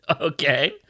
Okay